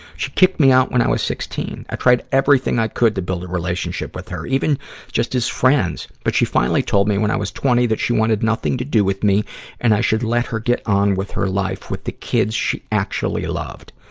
she kicked me out when i was sixteen. i tried everything i could to build a relationship with her, even just as friends. but she finally told me when i was twenty that she wanted nothing to do with me and i should let her get on with her life with the kids she actually loved.